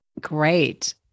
Great